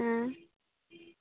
ᱦᱮᱸᱻ